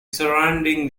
surrounding